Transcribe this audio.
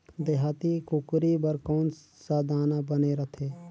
देहाती कुकरी बर कौन सा दाना बने रथे?